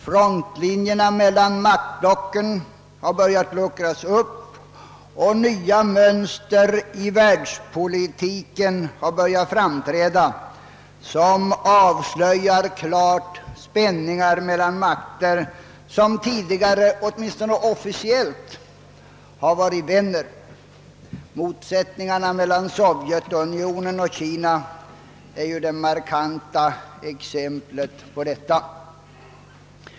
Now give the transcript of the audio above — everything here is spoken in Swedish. Frontlinjerna mellan maktblocken har börjat luckras upp, och nya mönster i världspolitiken har börjat framträda, som klart avslöjar spänningar mellan makter vilka tidigare, åtminstone officiellt, har varit vänner. Motsättningarna mellan Sovjetunionen och Kina är ju det markanta exemplet på detta.